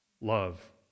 Love